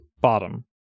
Bottom